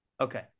Okay